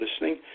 listening